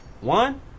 One